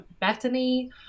bethany